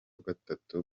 gatatu